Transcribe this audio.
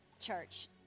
church